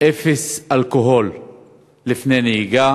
אפס אלכוהול לפני נהיגה.